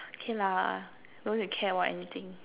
okay lah don't need to care about anything